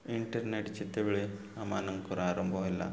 internet ଯେତେବେଳେ ଆମମାନଙ୍କର ଆରମ୍ଭ ହେଲା